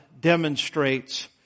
demonstrates